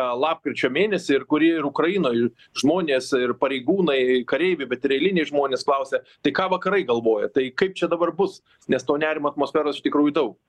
lapkričio mėnesį ir kuri ir ukrainoj žmonės ir pareigūnai kareiviai bet ir eiliniai žmonės klausia tai ką vakarai galvoja tai kaip čia dabar bus nes to nerimo atmosferos iš tikrųjų daug